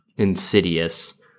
insidious